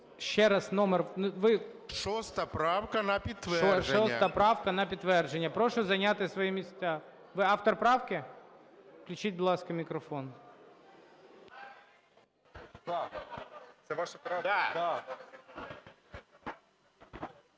ГОЛОВУЮЧИЙ. 6 правка на підтвердження. Прошу зайняти свої місця. Ви - автор правки? Включіть, будь ласка, мікрофон.